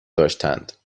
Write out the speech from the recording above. داشتند